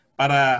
para